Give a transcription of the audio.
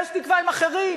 ויש תקווה עם אחרים.